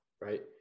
Right